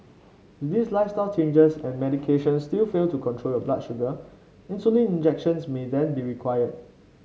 if these lifestyle changes and medication still fail to control your blood sugar insulin injections may then be required